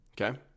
Okay